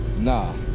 nah